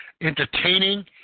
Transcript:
entertaining